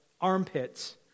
armpits